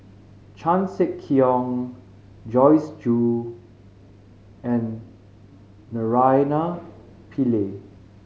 Chan Sek Keong Joyce Jue and Naraina Pillai